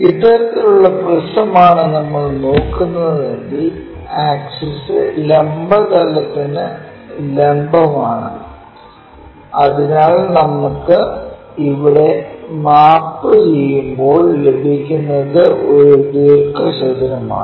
ഇത്തരത്തിലുള്ള പ്രിസമാണ് നമ്മൾ നോക്കുന്നതെങ്കിൽ ആക്സിസ് ലംബ തലത്തിനു ലംബം ആണ് അതിനാൽ നമുക്കു ഇവിടെ മാപ്പ് ചെയുമ്പോൾ ലഭിക്കുന്നത് ഒരു ദീർഘചതുരമാണ്